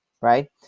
right